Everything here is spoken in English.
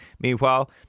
Meanwhile